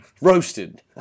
Roasted